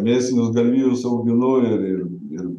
mėsinius galvijus auginu ir ir ir